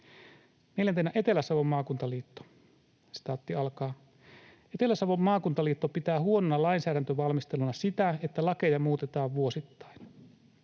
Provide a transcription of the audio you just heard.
Neljäntenä Etelä-Savon maakuntaliitto: ”Etelä-Savon maakuntaliitto pitää huonona lainsäädäntövalmisteluna sitä, että lakeja muutetaan vuosittain.